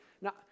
Now